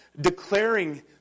declaring